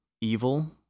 evil